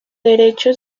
derecho